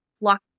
lock